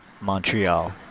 Montreal